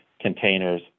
containers